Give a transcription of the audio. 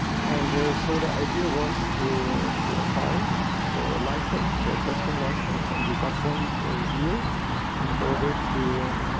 and so the idea was to to apply for license for testing license and we got one for a year in order to